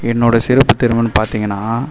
என்னோடய சிறப்புத் திறமைனு பார்த்தீங்கனா